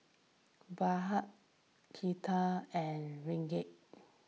Baht Kyat and Ringgit